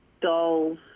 dolls